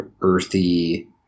earthy